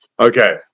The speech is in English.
Okay